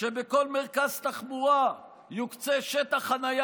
ש"בכל מרכז תחבורה יוקצה שטח חניה